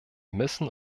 müssen